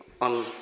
on